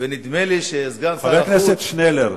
ונדמה לי שסגן שר החוץ --- חבר הכנסת שנלר.